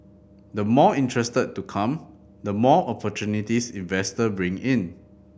the more interested to come the more opportunities investor bring in